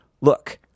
look